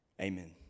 Amen